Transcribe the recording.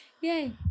Yay